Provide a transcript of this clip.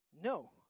no